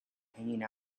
hanging